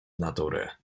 natury